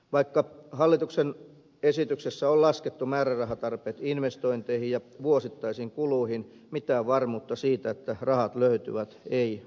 vaikka hallituksen esityksessä on laskettu määrärahatarpeet investointeihin ja vuosittaisiin kuluihin mitään varmuutta siitä että rahat löytyvät ei ole